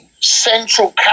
Central